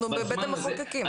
אנחנו בבית המחוקקים,